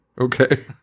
okay